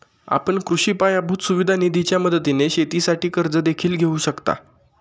आपण कृषी पायाभूत सुविधा निधीच्या मदतीने शेतीसाठी कर्ज देखील घेऊ शकता